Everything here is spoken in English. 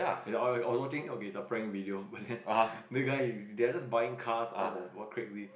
and I I was watching okay it's a prank video but then the guy is they're just buying cars off of Craigslist